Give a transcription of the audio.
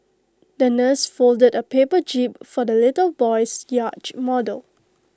the nurse folded A paper jib for the little boy's yacht model